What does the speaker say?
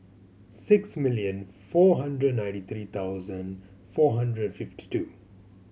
six million four hundred ninety three thousand four hundred fifty two